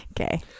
okay